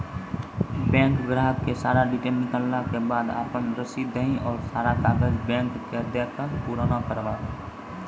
Bank ग्राहक के सारा डीटेल निकालैला के बाद आपन रसीद देहि और सारा कागज बैंक के दे के पुराना करावे?